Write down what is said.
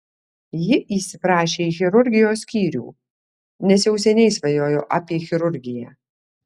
ji įsiprašė į chirurgijos skyrių nes jau seniai svajojo apie chirurgiją